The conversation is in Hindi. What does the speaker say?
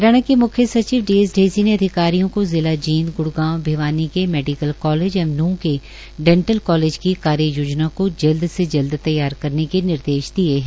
हरियाणा के मुख्य सचिव डी एस ढेसी ने आधिकारियों को जिला जींद ग्रूग्राम भिवानी के मेडिकल कालेज एवं नूहं के डेंटल कालेज की कार्यक योजना को जल्द तैयार करने के निर्देश दिए है